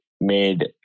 made